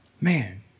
man